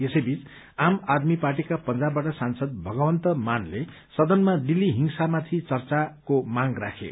यसैबीच आम आदमी पार्टीका पंजाबबाट सांसद भगवन्त मानले सदनमा दिल्ली हिंसामाथि चर्चाको माग राखे